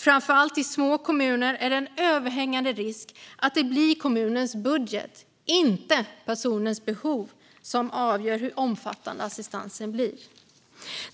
Framför allt i små kommuner är det en överhängande risk att det är kommunens budget - inte personens behov - som avgör hur omfattande assistansen blir.